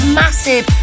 massive